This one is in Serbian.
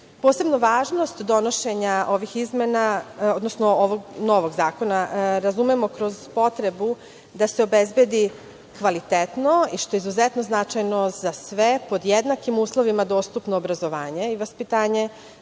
učenja. Posebnu važnost donošenja ovih izmena, odnosno ovog novog zakona, razumemo kroz potrebu da se obezbedi kvalitetno i što je izuzetno značajno za sve, pod jednakim uslovima dostupno obrazovanje i vaspitanje,